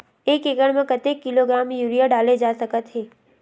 एक एकड़ म कतेक किलोग्राम यूरिया डाले जा सकत हे?